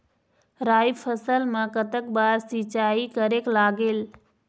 राई फसल मा कतक बार सिचाई करेक लागेल?